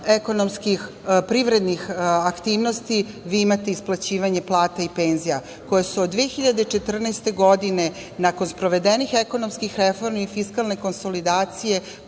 ekonomskih privrednih aktivnosti vi imate isplaćivanje plata i penzija, koje su od 2014. godine, nakon sprovedenih ekonomskih reformi i fiskalne konsolidacije,